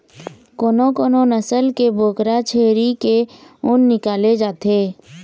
कोनो कोनो नसल के बोकरा छेरी के ऊन निकाले जाथे